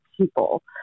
people